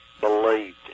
believed